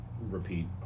repeat